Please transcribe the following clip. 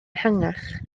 ehangach